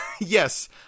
Yes